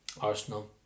Arsenal